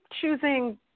choosing